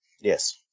Yes